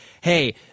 Hey